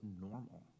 normal